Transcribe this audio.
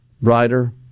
writer